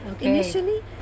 initially